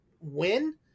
win